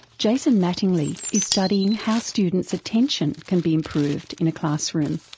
jason mattingley is studying how students' attention can be improved in a classroom,